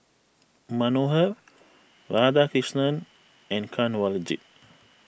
Manohar Radhakrishnan and Kanwaljit